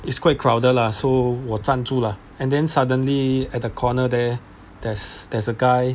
it's quite crowded lah so 我站住 lah and then suddenly at the corner there there's there's a guy